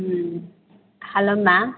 ம் hello ma'am